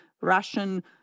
Russian